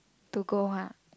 to go ah